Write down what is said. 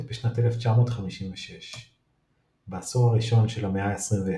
בשנת 1956. בעשור הראשון של המאה ה-21,